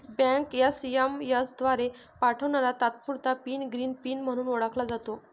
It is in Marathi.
बँक एस.एम.एस द्वारे पाठवणारा तात्पुरता पिन ग्रीन पिन म्हणूनही ओळखला जातो